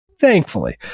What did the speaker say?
thankfully